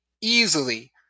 easily